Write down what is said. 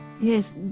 Yes